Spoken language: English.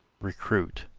recruit,